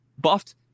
buffed